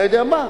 אתה יודע מה?